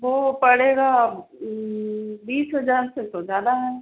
वो पड़ेगा बीस हजार से तो ज़्यादा है